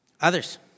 others